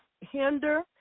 hinder